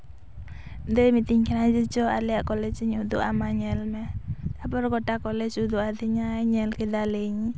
ᱫᱟᱹᱭᱮ ᱢᱤᱛᱟᱹᱧ ᱠᱟᱱᱟ ᱡᱮ ᱪᱚ ᱟᱞᱮᱭᱟᱜ ᱠᱚᱞᱮᱡᱤᱧ ᱩᱫᱩᱜ ᱟᱢᱟ ᱧᱮᱞᱢᱮ ᱛᱟᱨᱯᱚᱨ ᱜᱚᱴᱟ ᱠᱚᱞᱮᱡ ᱩᱫᱩᱜ ᱟᱫᱤᱧᱟᱭ ᱧᱮᱞ ᱠᱮᱫᱟᱞᱤᱧ